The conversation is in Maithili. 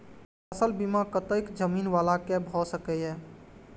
फसल बीमा कतेक जमीन वाला के भ सकेया?